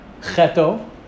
cheto